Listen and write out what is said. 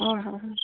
হয় হয় হয়